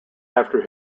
after